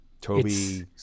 Toby